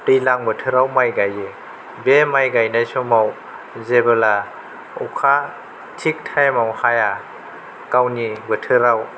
दैलां बोथोराव माइ गायो बे माइ गायनाय समाव जेबोला अखा थिग टाइमाव हाया गावनि बोथोराव